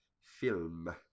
film